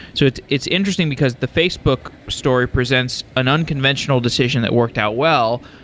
so it's it's interesting, because the facebook story presents an unconventional decision that worked out well.